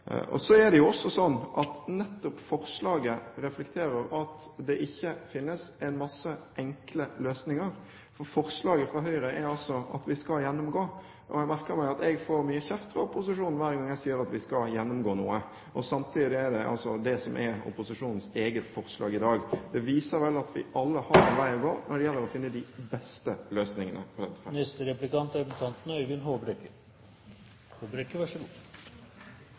Så er det jo også sånn at forslaget nettopp reflekterer at det ikke finnes en masse enkle løsninger. Forslaget fra Høyre er at vi skal gjennomgå, og jeg merker meg at jeg får mye kjeft fra opposisjonen hver gang jeg sier at vi skal gjennomgå noe. Samtidig er det altså det som er opposisjonens eget forslag i dag. Det viser vel at vi alle har en vei å gå når det gjelder å finne de beste løsningene på dette